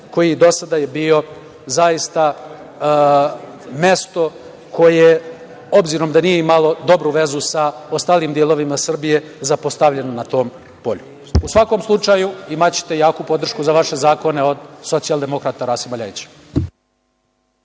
koji do sada je bio zaista mesto koje, obzirom da nije imalo dobru vezu sa ostalim delovima Srbije, zapostavljen na tom polju.U svakom slučaju, imaćete jaku podršku za vaše zakone od socijaldemokrata Rasima Ljajića.